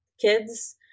kids